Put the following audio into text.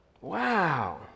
Wow